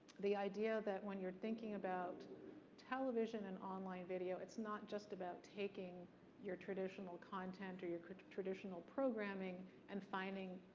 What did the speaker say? the idea that when you're thinking about television and online video, it's not just about taking your traditional content or your traditional programming and finding